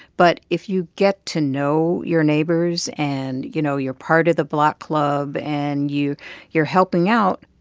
but if you get to know your neighbors, and, you know, you're part of the block club and you you're helping out,